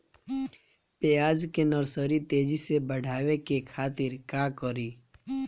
प्याज के नर्सरी तेजी से बढ़ावे के खातिर का करी?